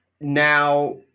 now